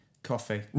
Coffee